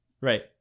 right